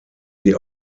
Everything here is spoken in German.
sie